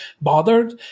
bothered